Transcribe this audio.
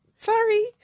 Sorry